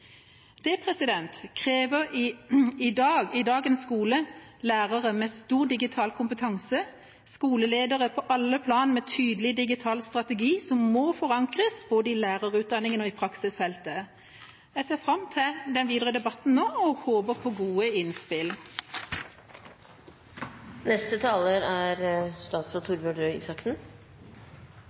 Det krever i dagens skole lærere med stor digital kompetanse og skoleledere på alle plan med en tydelig digital strategi, som må forankres både i lærerutdanningen og i praksisfeltet. Jeg ser fram til den videre debatten nå og håper på gode innspill. Det er